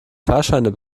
fahrscheine